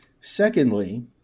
Secondly